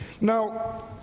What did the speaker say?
Now